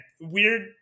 weird